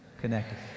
connected